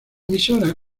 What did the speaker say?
emisora